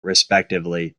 respectively